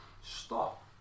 Stop